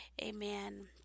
Amen